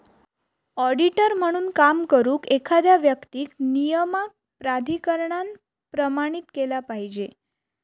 auditor म्हणून काम करुक, एखाद्या व्यक्तीक नियामक प्राधिकरणान प्रमाणित केला पाहिजे